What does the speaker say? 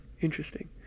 Interesting